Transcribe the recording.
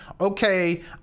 okay